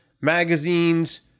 magazines